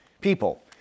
people